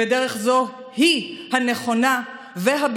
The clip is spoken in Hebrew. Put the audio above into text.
ודרך זו היא הנכונה והבטוחה